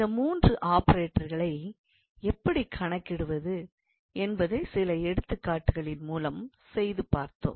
இந்த மூன்று ஆபரேட்டர்களை எப்படி கணக்கிடுவது என்பதைச் சில எடுத்துக்காட்டுகளின் மூலம் செய்து பார்த்தோம்